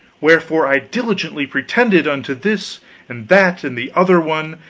wherefore i diligently pretended, unto this and that and the other one,